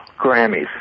Grammys